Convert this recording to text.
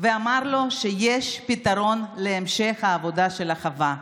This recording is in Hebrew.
ואמר לו שיש פתרון להמשך העבודה של החווה.